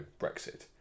Brexit